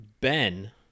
Ben